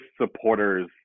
supporters